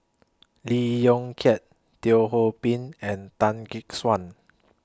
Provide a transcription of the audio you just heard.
Lee Yong Kiat Teo Ho Pin and Tan Gek Suan